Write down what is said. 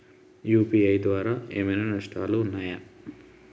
UPI ద్వారా ఏమైనా నష్టాలు ఉన్నయా?